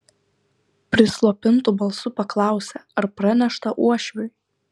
prislopintu balsu paklausė ar pranešta uošviui